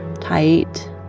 tight